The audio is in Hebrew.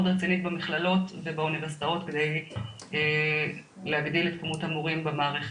רצינית במכללות ובאוניברסיטאות כדי להגדיל את כמות המורים במערכת,